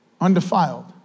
undefiled